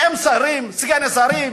הם שרים וסגני שרים.